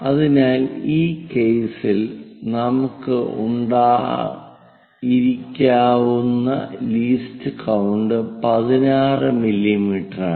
അതിനാൽ ഈ കേസിൽ നമുക്ക് ഉണ്ടായിരിക്കാവുന്ന ലീസ്റ്റ് കൌണ്ട് 16 മില്ലീമീറ്ററാണ്